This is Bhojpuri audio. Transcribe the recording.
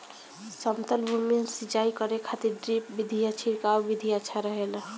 समतल भूमि में सिंचाई करे खातिर ड्रिप विधि या छिड़काव विधि अच्छा रहेला?